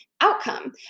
outcome